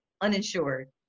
uninsured